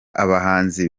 abahanzi